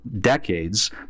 decades